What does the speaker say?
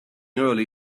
early